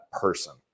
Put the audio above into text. person